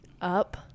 up